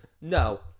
No